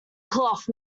cloth